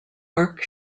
arc